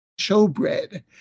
showbread